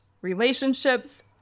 relationships